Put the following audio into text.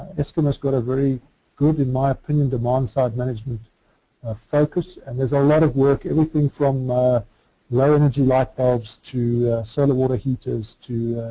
eskom has got a very good, in my opinion, demand-side management ah focus and there's a lot of work, everything from low energy light bulbs to solar water heaters to